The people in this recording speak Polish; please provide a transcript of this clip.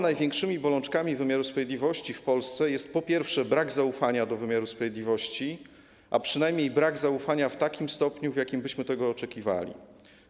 Największymi bolączkami wymiaru sprawiedliwości w Polsce jest, po pierwsze, brak zaufania do wymiaru sprawiedliwości, a przynajmniej brak zaufania w takim stopniu, w jakim byśmy tego oczekiwali.